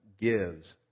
gives